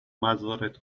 مزارت